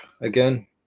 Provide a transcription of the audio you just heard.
again